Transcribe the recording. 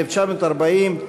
1940,